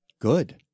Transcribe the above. Good